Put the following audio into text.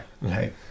right